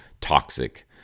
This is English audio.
toxic